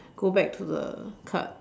go back to the card